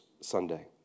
Sunday